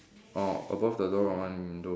orh above the door one window